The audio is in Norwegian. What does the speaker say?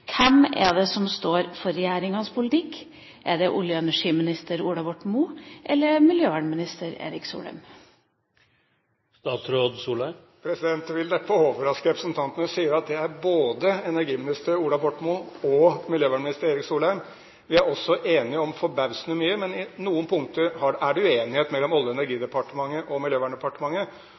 Hvem er det som står for regjeringas politikk? Er det olje- og energiminister Ola Borten Moe, eller er det miljøvernminister Erik Solheim? Det vil neppe overraske representanten når jeg sier at det er både energiminister Ola Borten Moe og miljøvernminister Erik Solheim. Vi er også enige om forbausende mye, men på noen punkter er det uenighet mellom Olje- og energidepartementet og Miljøverndepartementet.